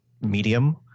medium